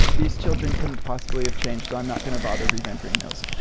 these children couldn't possibly have changed. so i'm not going to bother re-rendering those.